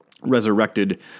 resurrected